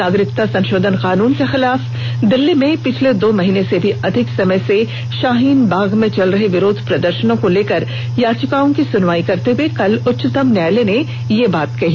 नागरिकता संशोधन कानून के खिलाफ दिल्ली में पिछले दो महीने से भी अधिक समय से शाहीन बाग में चल रहे विरोध प्रदर्शनों को लेकर याचिकाओं की सुनवाई करते हुए कल उच्चतम न्यायालय ने यह बात कही